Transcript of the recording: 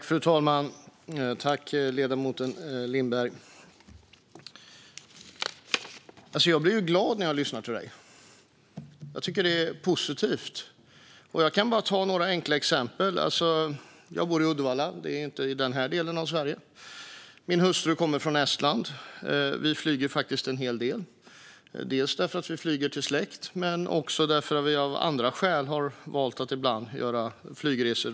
Fru talman! Tack, ledamoten Lindberg! Jag blir glad när jag lyssnar på dig. Jag tycker att det är positivt. Jag kan ta några enkla exempel. Jag bor i Uddevalla - det är inte i den här delen av Sverige. Min hustru kommer från Estland. Vi flyger faktiskt en hel del. Vi flyger till släkten men har också av andra skäl valt att ibland göra flygresor.